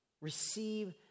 receive